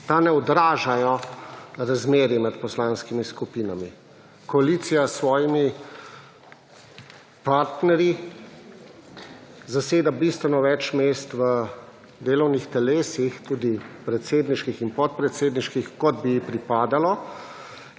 Ta ne odražajo razmerij med poslanskimi skupinami. Koalicija s svojimi partnerji zaseda bistveno več mest v delovnih telesih tudi predsedniških in podpredsedniških kot bi ji pripadalo